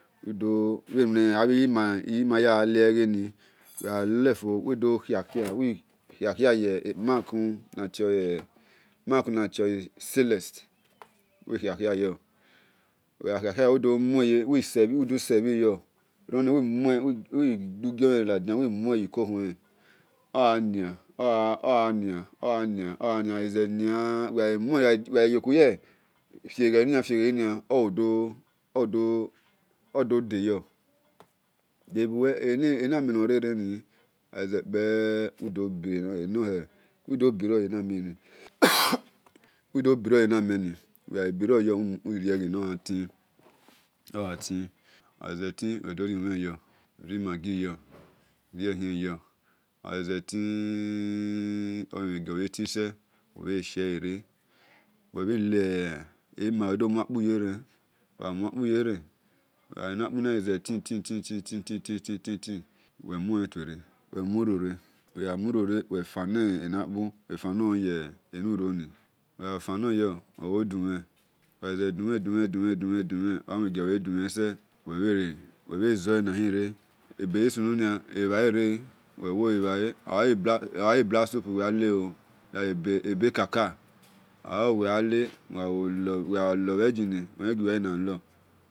Udo-bhe nabhi yimu ijaghale egheni wel gha-lefo wil, do khia- khia ye kpamaku na tioe stalless wil khia-kha yor wel gha khia khia yor wil dor sebhi hi yor egheni wi duo giomheren ladiun wil mue yu-ko-khuele ogha nia oghania oghai ze nia wel ghai yokuye fieghe-;bhinia feghe bhi-nia odo deyor enameh nor reren ni oghai zekpe wil dor bire nor heleni yana- mel ni wil dor bire yenu meni wel ghai bire yor wil rie ghe na oghuti oghaizeti wil dor riu mhen yor uri maggi yor urie hien yor oghai zetii ii ogbe mhe gio bhe zeti se ubhe shiele re wel dor mua kpu yeran wel gha mua-kpu ze ran enakpuni ghai ze ti ti ti ti ti ti ti ti wel mue tuore wel muro re-wel gha mu-ore wel fanona-kpu wil fanor ye enuroni wel gha fanor yor wel wo-dumhen wel ghai ze du-mhen-dumhen-dumhen omhen gio bhe dumhen se wel bhe zole na hire ebeghisununia ebhale re wil wo lebhale oghai black soup waleooo ebekaka oghau wel yan le wel o lor bhe gini wele giuwe na lor.